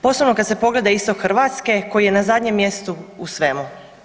Posebno kad se pogleda istok Hrvatske koji je na zadnjem mjestu u svemu.